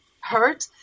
hurt